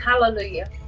Hallelujah